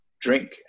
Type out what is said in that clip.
drink